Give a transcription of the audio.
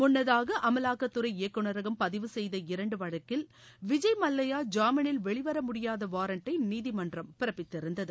முன்னதாக அமலாக்துறை இயக்குநரகம் பதிவு செய்த இரண்டு வழக்கில் விஜய் மல்லையா ஜாமீனில் வெளிவர முடியாத வாரண்டை நீதிமன்றம் பிறப்பித்திருந்தது